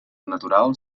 natural